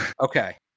Okay